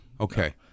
okay